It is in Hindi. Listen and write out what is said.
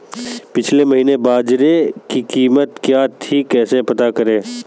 पिछले महीने बाजरे की कीमत क्या थी कैसे पता करें?